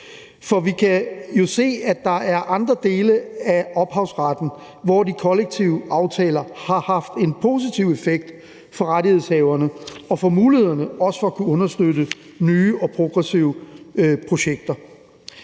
For vi kan jo se, at der er andre dele af ophavsretten, hvor de kollektive aftaler har haft en positiv effekt for rettighedshaverne og for mulighederne for også at kunne understøtte nye og progressive projekter.